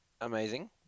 amazing